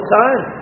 time